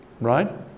right